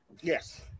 Yes